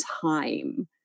time